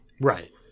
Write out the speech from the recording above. Right